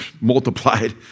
multiplied